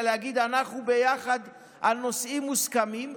להגיד: אנחנו ביחד על נושאים מוסכמים,